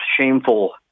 shameful